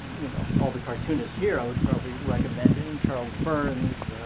you know, all the cartoonists here, i would probably recommend, i mean, charles burnes,